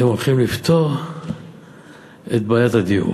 אתם הולכים לפתור את בעיית הדיור.